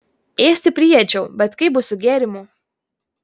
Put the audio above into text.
ėsti priėdžiau bet kaip bus su gėrimu